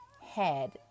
head